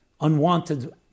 Unwanted